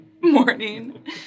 morning